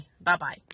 Bye-bye